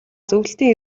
зөвлөлтийн